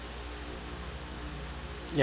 ya